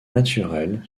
naturel